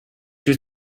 was